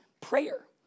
prayer